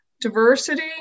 diversity